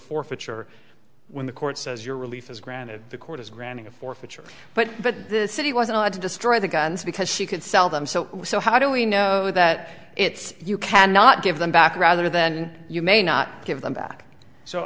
forfeiture when the court says your relief is granted the court is granting a forfeiture but that the city wasn't allowed to destroy the guns because she could sell them so so how do we know that it's you cannot give them back rather then you may not give them back so